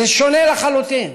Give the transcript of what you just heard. וזה שונה לחלוטין